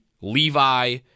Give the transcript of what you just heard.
Levi